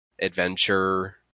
adventure